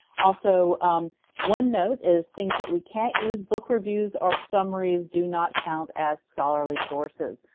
also one note is things that we can't use book reviews or summaries do not count as scholarly sources.